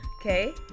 Okay